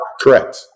Correct